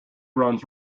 runs